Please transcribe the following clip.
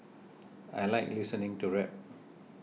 I like listening to rap